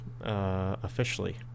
Officially